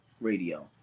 Radio